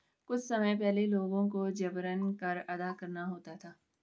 कुछ समय पहले लोगों को जबरन कर अदा करना होता था